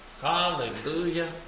Hallelujah